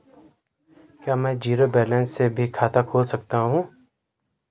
क्या में zero balance से भी खाता खोल सकता हूँ?